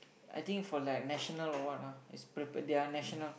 I think for like national or what ah is prepared their national